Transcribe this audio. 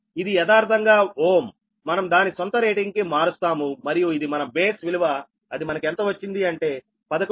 ఇది యదార్ధంగా ఓం మనం దాని సొంత రేటింగ్ కి మారుస్తాము మరియు ఇది మన బేస్ విలువ అది మనకు ఎంత వచ్చింది అంటే 11